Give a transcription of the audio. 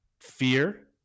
fear